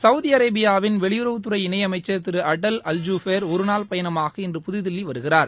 Saudi அரேபியாவின் வெளியுறவுத்துறை இணை அமைச்சர் திரு அடல் அல்ஜூபேர் ஒரு நாள் பயணமாக இன்று புதுதில்லி வருகிறார்